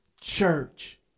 church